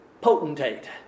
potentate